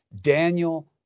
Daniel